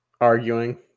Arguing